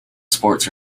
sports